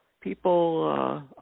people